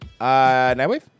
Nightwave